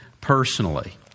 personally